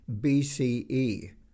BCE